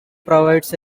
provides